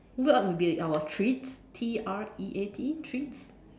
what would be our treat T R E A T treat